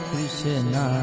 Krishna